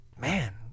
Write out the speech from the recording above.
man